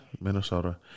Minnesota